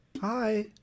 Hi